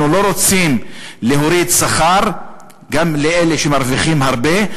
אנחנו לא רוצים להוריד שכר גם לא לאלה שמרוויחים הרבה,